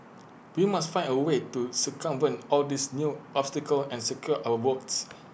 we must find A way to circumvent all these new obstacles and secure our votes